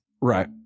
Right